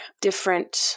different